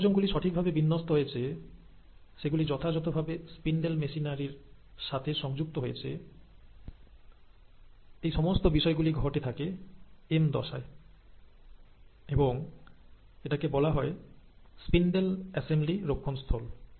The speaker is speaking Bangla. ক্রোমোজোম গুলি সঠিক ভাবে বিন্যস্ত হয়েছেসেগুলি যথাযথ ভাবে স্পিন্ডেল মেশিনারির সাথে সংযুক্ত হয়েছে এই সমস্ত বিষয় গুলি ঘটে থাকে এম দশায় এবং এটাকে বলা হয় স্পিন্ডেল অ্যাসেম্বলি রক্ষণস্থল